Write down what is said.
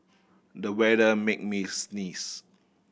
the weather made me sneeze